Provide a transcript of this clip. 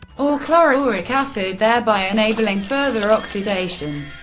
or chloroauric acid, thereby enabling further oxidation.